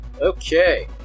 Okay